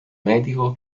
medico